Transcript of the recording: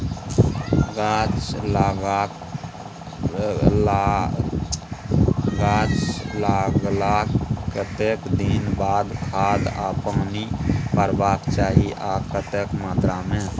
गाछ लागलाक कतेक दिन के बाद खाद आ पानी परबाक चाही आ कतेक मात्रा मे?